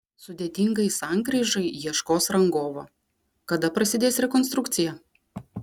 sudėtingai sankryžai ieškos rangovo kada prasidės rekonstrukcija